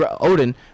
Odin